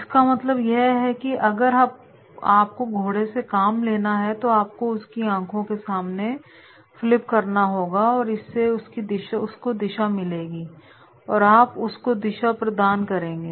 इसका मतलब यह है कि अगर आपको घोड़े से काम लेना है तो आपको उसकी आंखों के सामने क्लिप करना होगा और इससे उसको दिशा मिलेगी और आप उसको दिशा प्रदान करेंगे